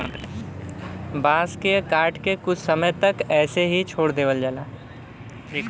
बांस के काट के कुछ समय तक ऐसे ही छोड़ देवल जाला